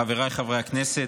חבריי חברי הכנסת,